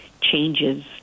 changes